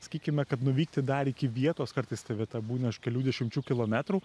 sakykime kad nuvykti dar iki vietos kartais ta vieta būna už kelių dešimčių kilometrų